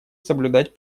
соблюдать